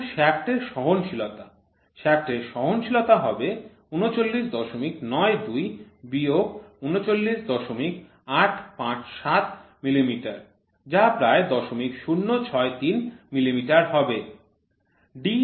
এখন শ্য়াফ্ট এর সহনশীলতা শ্য়াফ্ট এর সহনশীলতা হবে ৩৯৯২ বিয়োগ ৩৯৮৫৭ মিলিমিটার যা প্রায় ০০৬৩ মিলিমিটার হবে